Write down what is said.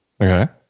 okay